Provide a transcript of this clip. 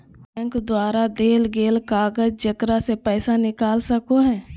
bank द्वारा देल गेल कागज जेकरा से पैसा निकाल सको हइ